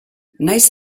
nahiz